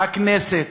הכנסת,